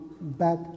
back